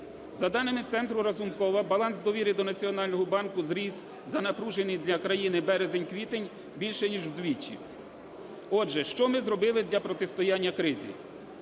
За даними Центру Разумкова, баланс довіри до Національного банку зріс за напружений для країни березень-квітень більше ніж вдвічі. Отже, що ми зробили для протистояння кризі.